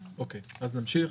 אז נמשיך.